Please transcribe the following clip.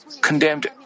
condemned